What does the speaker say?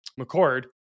McCord